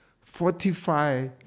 Fortify